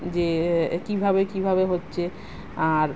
যে কীভাবে কীভাবে হচ্ছে আর